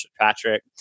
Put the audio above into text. Patrick